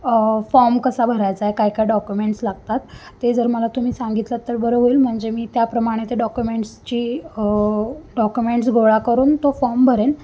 form कसा भरायचा आहे काय काय डॉक्युमेंट्स लागतात ते जर मला तुम्ही सांगितलंत तर बरं होईल म्हणजे मी त्याप्रमाणे त्या डॉक्युमेंट्सची डॉक्युमेंट्स गोळा करून तो फॉर्म भरेन